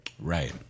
Right